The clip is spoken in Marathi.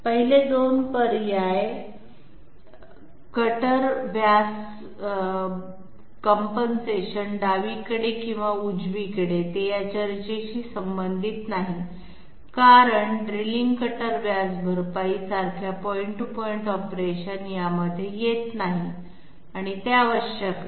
पहिले दोन पर्याय कटर व्यास भरपाई डावीकडे किंवा उजवीकडे ते या चर्चेशी संबंधित नाहीत कारण ड्रिलिंग कटर व्यास भरपाई सारख्या पॉइंट टू पॉइंट ऑपरेशन या मध्ये येत नाही ते आवश्यक नाही